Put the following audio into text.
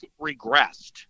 regressed